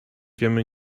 wiemy